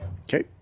Okay